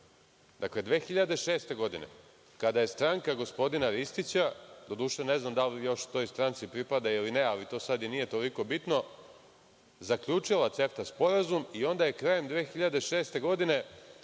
Dakle, 2006. godine, kada je stranka gospodina Ristića, doduše ne znam da li još toj stranci pripada ili ne, ali to sad i nije toliko bitno, zaključila CEFTA sporazum i onda je krajem 2006. godine